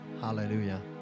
hallelujah